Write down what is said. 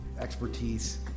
expertise